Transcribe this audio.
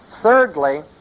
Thirdly